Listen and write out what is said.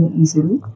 easily